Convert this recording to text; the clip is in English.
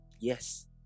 yes